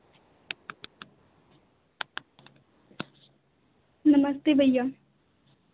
नमस्ते भैया